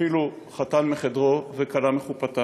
אפילו חתן מחדרו וכלה מחופתה.